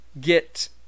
get